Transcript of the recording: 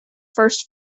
first